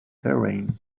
terrain